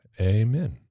amen